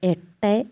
എട്ട്